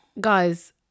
guys